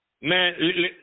Man